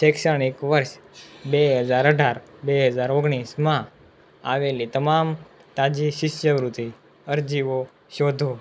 શૈક્ષણિક વર્ષ બે હજાર અઢાર બે હજાર ઓગણીસમાં આવેલી તમામ તાજી શિષ્યવૃત્તિ અરજીઓ શોધો